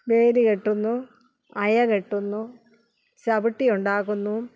വേലി കെട്ടുന്നു അയ കെട്ടുന്നു ചവിട്ടി ഉണ്ടാക്കുന്നു